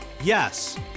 yes